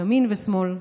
ימין ושמאל,